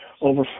over